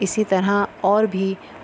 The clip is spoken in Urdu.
اسی طرح اور بھی